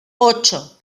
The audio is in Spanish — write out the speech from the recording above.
ocho